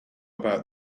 about